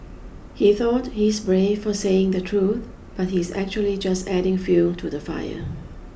he thought he's brave for saying the truth but he's actually just adding fuel to the fire